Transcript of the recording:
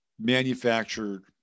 manufactured